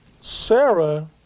Sarah